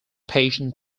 patient